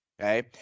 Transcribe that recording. Okay